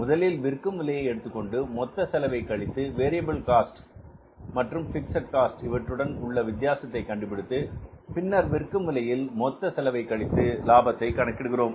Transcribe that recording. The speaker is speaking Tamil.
முதலில் விற்கும் விலையை எடுத்துக்கொண்டு மொத்த செலவை கழித்து வேரியபில் காஸ்ட் மற்றும் பிக்ஸட் காஸ்ட் இவற்றுடன் உள்ள வித்தியாசத்தை கண்டுபிடித்து பின்னர் விற்கும் விலையில் மொத்த செலவை கழித்து லாபத்தை கணக்கிடுகிறோம்